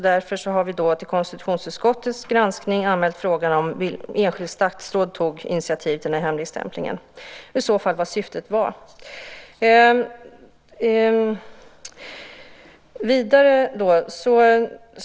Därför har vi till konstitutionsutskottets granskning anmält frågan om enskilt statsråd tog initiativ till hemligstämplingen och vad syftet i så fall var.